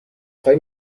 خوای